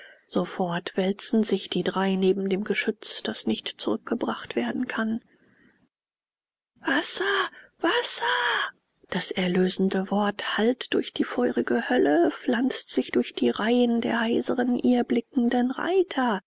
sofort wälzen sich die drei neben dem geschütz das nicht zurückgebracht werden kann wasser wasser das erlösende wort hallt durch die feurige hölle pflanzt sich durch die reihen der heiseren irrblickenden reiter